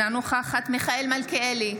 אינה נוכחת מיכאל מלכיאלי,